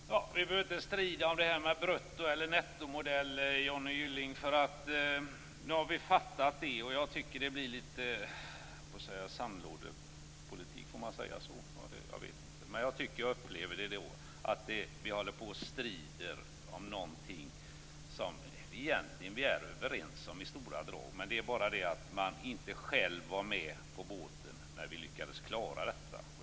Fru talman! Vi behöver inte strida om det här med brutto eller nettomodeller, Johnny Gylling. Nu har vi fattat det. Jag tycker att det blir en sandlådepolitik. Jag upplever att vi håller på att strida om någonting som vi egentligen i stora drag är överens om. Det handlar bara om att man inte själv var med på båten när vi lyckades klara av detta.